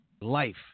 life